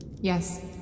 Yes